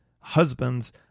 Husbands